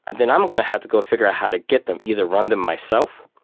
and then i'm going to have to go figure out how to get them, either run them myself,